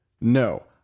No